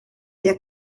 der